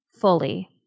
fully